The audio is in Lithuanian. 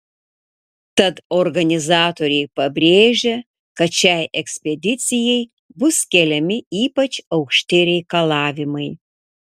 tad organizatoriai pabrėžia kad šiai ekspedicijai bus keliami ypač aukšti reikalavimai